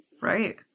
Right